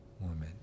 woman